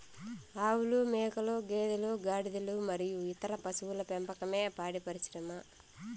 ఆవులు, మేకలు, గేదెలు, గాడిదలు మరియు ఇతర పశువుల పెంపకమే పాడి పరిశ్రమ